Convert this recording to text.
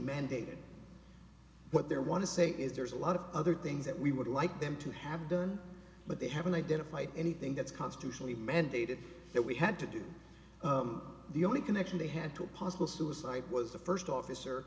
mandated what they're want to say is there's a lot of other things that we would like them to have done but they haven't identified anything that's constitutionally mandated that we had to do the only connection they had to a possible suicide was the first officer